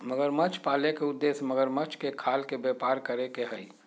मगरमच्छ पाले के उद्देश्य मगरमच्छ के खाल के व्यापार करे के हई